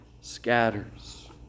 Scatters